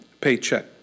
paycheck